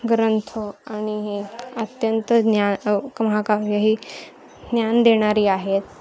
ग्रंथ आणि हे अत्यंत ज्ञान महाकाव्य हे ज्ञान देणारी आहेत